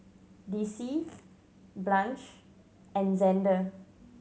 Dicie Blanche and Xander